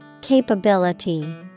Capability